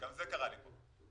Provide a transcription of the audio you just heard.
אף אחד לא אמר למה, ככה.